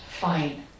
fine